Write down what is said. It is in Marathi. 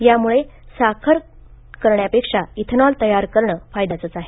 त्याम्ळे साखर करण्यापेक्षा इथेनॉल तयार करणं हे फायद्याच आहे